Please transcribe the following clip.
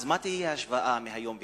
אז מה תהיה ההשוואה מהיום והלאה?